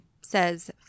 says